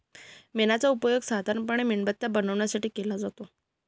मेणाचा उपयोग साधारणपणे मेणबत्त्या बनवण्यासाठी केला जातो